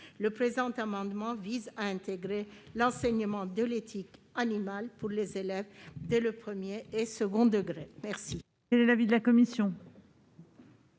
Le présent amendement vise à prévoir l'enseignement de l'éthique animale pour les élèves dès le premier et second degrés.